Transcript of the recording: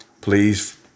please